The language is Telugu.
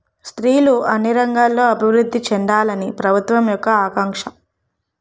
స్త్రీలు అన్ని రంగాల్లో అభివృద్ధి చెందాలని ప్రభుత్వం యొక్క ఆకాంక్ష